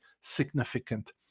significant